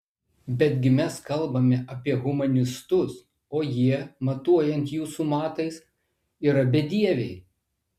betgi mes kalbame apie humanistus o jie matuojant jūsų matais yra bedieviai